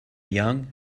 young